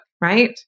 right